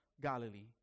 Galilee